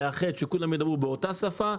לאחד שכולם ידברו באותה שפה.